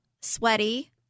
sweaty